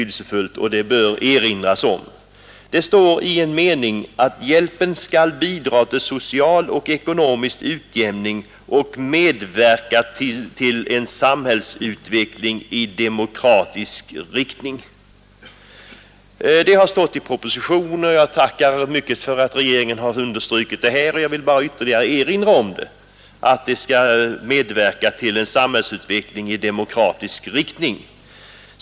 Det står i en mening att hjälpen skall bidra till social och ekonomisk utjämning och medverka till en samhällsutveckling i demokratisk riktning. Det har stått i propositionen, och jag tackar mycket för att regeringen har understrukit det här. Jag vill bara ytterligare erinra om detta — att hjälpen skall medverka till en samhällsutveckling i demokratisk riktning.